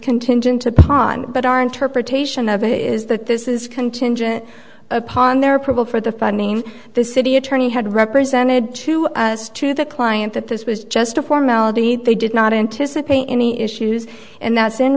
contingent upon but our interpretation of it is that this is contingent upon their approval for the funding the city attorney had represented to us to the client that this was just a formality they did not anticipate any issues and that's in